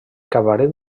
cabaret